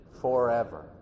forever